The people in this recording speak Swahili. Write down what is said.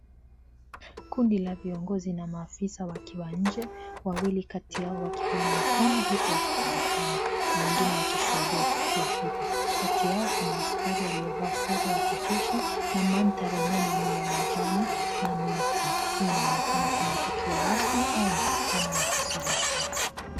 Kundi la viongozi na maafisa wakiwa nje , wawili kati yao wakipeana mkono huku wakitabasamu na wengine wakishuhudia tukio hilo. Kati yao kuna askari aliyevaa sare ya kijeshi na mandhari ya nyuma ni ya majani na miti. Hii inaonekana kama tukio rasmi au mkutano wa kiserikali.